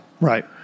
right